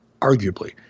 arguably